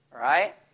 Right